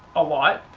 a lot,